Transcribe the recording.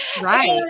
right